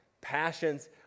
passions